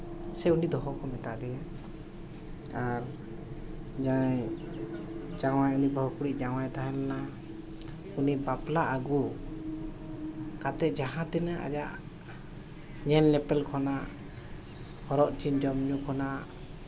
ᱥᱮ ᱩᱱᱤ ᱫᱚᱦᱚ ᱠᱚ ᱢᱮᱛᱟ ᱫᱮᱭᱟ ᱟᱨ ᱡᱟᱦᱟᱸᱭ ᱩᱱᱤ ᱵᱟᱹᱦᱩ ᱠᱩᱲᱤ ᱡᱟᱶᱟᱭᱮ ᱛᱟᱦᱮᱸ ᱠᱟᱱᱟ ᱩᱱᱤ ᱵᱟᱯᱞᱟ ᱟᱹᱜᱩ ᱠᱟᱛᱮᱫ ᱡᱟᱦᱟᱸ ᱛᱤᱱᱟᱹᱜ ᱟᱭᱟᱜ ᱧᱮᱞ ᱧᱮᱯᱮᱞ ᱠᱷᱚᱱᱟᱜ ᱦᱚᱨᱚᱜ ᱪᱤᱱ ᱡᱚᱢᱼᱧᱩ ᱠᱷᱚᱱᱟᱜ